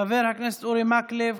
חבר הכנסת אורי מקלב,